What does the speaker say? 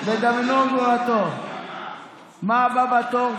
מה הבא בתור?